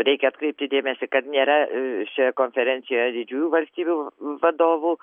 reikia atkreipti dėmesį kad nėra šioje konferencijoje didžiųjų valstybių vadovų